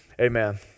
Amen